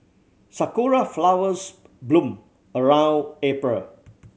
sakura flowers bloom around April